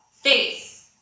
face